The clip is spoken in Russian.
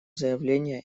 заявление